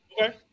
Okay